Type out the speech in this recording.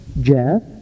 Jeff